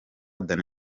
dany